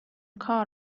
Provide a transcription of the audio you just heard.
کار